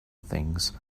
things